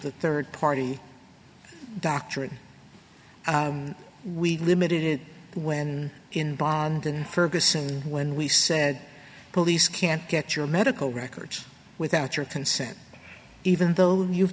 that third party doctrine we limited when in bond in ferguson when we said police can't get your medical records without your consent even though you've